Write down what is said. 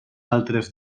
altres